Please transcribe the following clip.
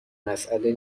مسئله